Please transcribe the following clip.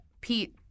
Pete